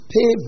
Pay